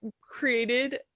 created